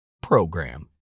program